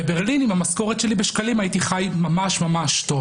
בברלין עם המשכורת שלי בשקלים הייתי חי ממש טוב.